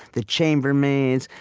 the chambermaids,